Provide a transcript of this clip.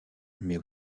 mais